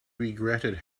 regretted